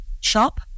shop